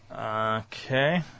Okay